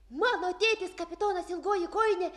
mano tėtis kapitonas ilgoji kojinė